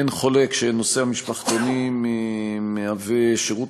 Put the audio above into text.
אין חולק שנושא המשפחתונים מהווה שירות